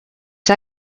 you